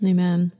Amen